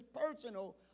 personal